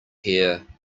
here